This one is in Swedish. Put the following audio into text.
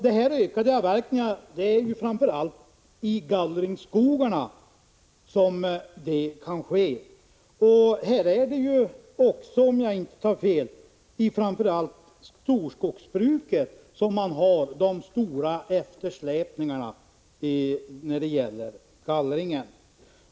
Det är framför allt i gallringsskogarna som de ökade avverkningarna kan ske. Det är också, om jag inte tar fel, i storskogsbruket som man har de största eftersläpningarna när det gäller gallringen.